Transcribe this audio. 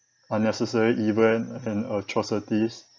unnecessary evil and atrocities